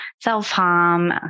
self-harm